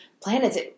planets –